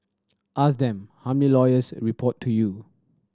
ask them how many lawyers report to you